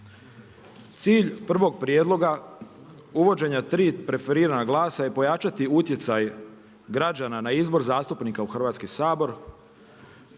Cilj prvog prijedloga uvođenja tri preferirana glasa je pojačati utjecaj građana na izbor zastupnika u Hrvatski sabor.